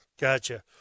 Gotcha